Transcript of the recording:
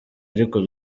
ariko